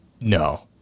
No